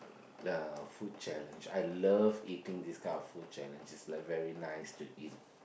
uh food challenge I love eating this kind of food challenge it's like very nice to eat